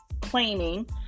claiming